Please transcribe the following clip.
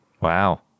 Wow